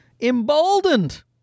emboldened